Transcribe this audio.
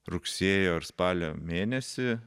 rugsėjo ir spalio mėnesį